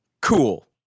Cool